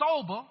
sober